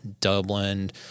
Dublin